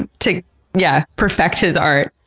ah to yeah perfect his art.